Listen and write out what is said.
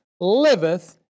liveth